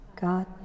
God